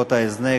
חברות ההזנק,